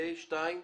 לא.